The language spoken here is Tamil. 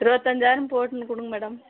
இருபத்தஞ்சாயிரம் போட்டுன்னு கொடுங்க மேடம்